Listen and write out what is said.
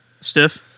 stiff